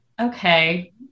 okay